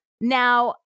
Now